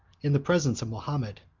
in the presence of mahomet,